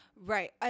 Right